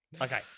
okay